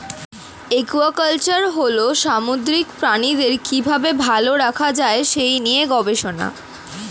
aquaculture হল সামুদ্রিক প্রাণীদের কি ভাবে ভালো রাখা যায় সেই নিয়ে গবেষণা